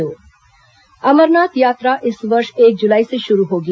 अमरनाथ यात्रा पंजीकरण अमरनाथ यात्रा इस वर्ष एक जुलाई से शुरू होगी